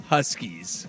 Huskies